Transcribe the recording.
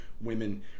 women